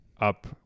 up